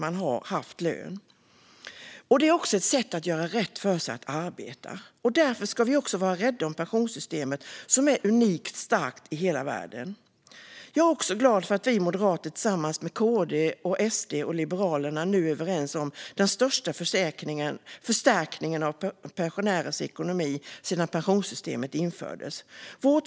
Att arbeta är också ett sätt att göra rätt för sig, och därför ska vi vara rädda om vårt pensionssystem, som är unikt starkt i hela världen. Jag är glad över att Moderaterna, Kristdemokraterna, Sverigedemokraterna och Liberalerna är överens om den största förstärkningen av pensionärernas ekonomi sedan pensionssystemet infördes.